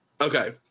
Okay